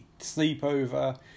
Sleepover